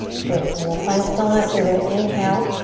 great, then we'll find stillness. you're gonna inhale.